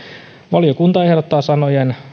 valiokunta ehdottaa sanojen